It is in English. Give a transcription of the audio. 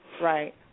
Right